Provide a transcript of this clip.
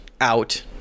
out